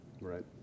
Right